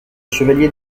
chevalier